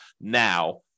now